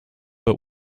but